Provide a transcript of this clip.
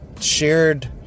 shared